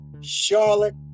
Charlotte